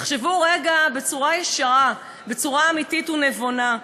תחשבו רגע בצורה ישרה, בצורה אמיתית ונבונה.